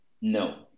No